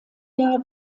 jahr